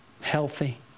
healthy